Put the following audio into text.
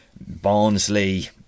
Barnsley